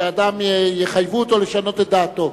שאדם יחייבו אותו לשנות את דעתו.